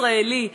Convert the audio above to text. ישראלי,